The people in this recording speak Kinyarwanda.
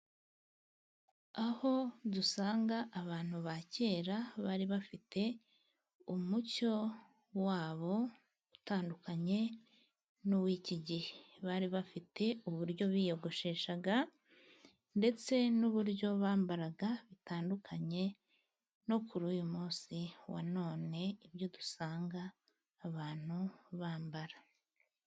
Aho dusanga abantu ba kera bari bafite umucyo wabo utandukanye n'uw'iki gihe. Bari bafite uburyo biyogosheshaga ndetse n'uburyo bambaraga bitandukanye no kuri uyu munsi wa none ibyo dusanga abantu bambara.